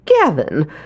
Gavin